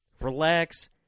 relax